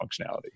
functionality